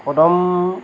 কদম